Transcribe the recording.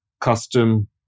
custom